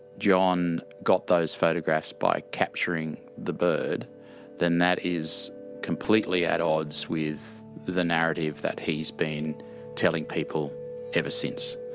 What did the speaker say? john got those photographs by capturing the bird then that is completely at odds with the narrative that he's been telling people ever since.